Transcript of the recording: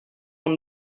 one